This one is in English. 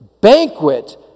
banquet